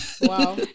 wow